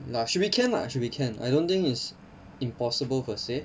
ya should be can lah should be can I don't think it's impossible per se